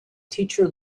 teacher